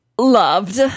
loved